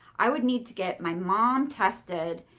i would need to get my mom tested.